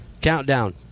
Countdown